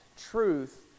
Truth